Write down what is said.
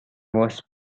was